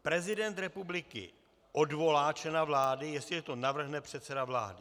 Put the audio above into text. Prezident republiky odvolá člena vlády, jestliže to navrhne předseda vlády.